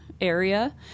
area